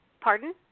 Pardon